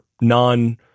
non-